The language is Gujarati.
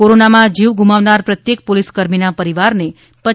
કોરોનામાં જીવ ગુમાવનાર પ્રત્યેક પોલીસકર્મીના પરિવારને રૂા